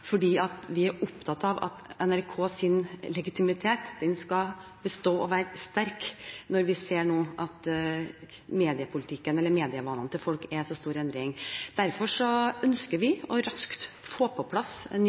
vi er opptatt av at NRKs legitimitet skal bestå og være sterk når vi nå ser at medievanene til folk er i så stor endring. Derfor ønsker vi raskt å få på plass en ny